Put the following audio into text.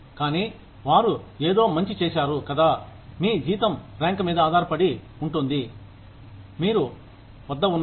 కానీ వారు ఏదో మంచి చేశారు కదా మీ జీతం ర్యాంక్ మీద ఆధారపడి ఉంటుంది మీరు వద్ద ఉన్నారు